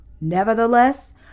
Nevertheless